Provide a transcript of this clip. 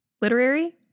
literary